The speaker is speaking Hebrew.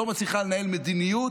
לא מצליחה לנהל מדיניות.